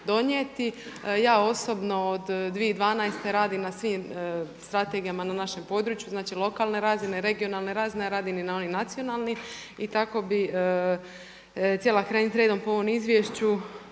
donijeti. Ja osobno od 2012. radim na svim strategijama na našem području, znači lokalne razine, regionalne razine, a radim i na onim nacionalnim. I tako bih htjela krenut redom po ovom izvješću.